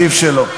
עדיף שלא.